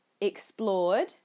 explored